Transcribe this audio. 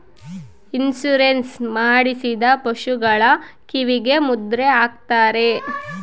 insurance ಮಾಡಿಸಿದ ಪಶುಗಳ ಕಿವಿಗೆ ಮುದ್ರೆ ಹಾಕ್ತಾರೆ